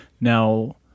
Now